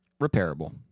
repairable